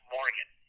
Morgan